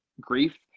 grief